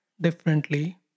differently